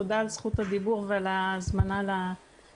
תודה על זכות הדיבור ועל ההזמנה לדיון.